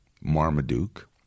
Marmaduke